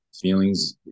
feelings